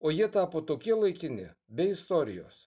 o ji tapo tokie laikini be istorijos